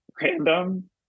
random